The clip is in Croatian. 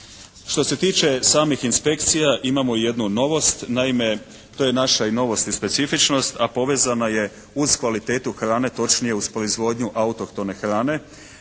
Što se tiče samih inspekcija imamo jednu novost. Naime to je naša novost i specifičnost, a povezana je uz kvalitetu hrane, točnije uz proizvodnju autohtone hrane.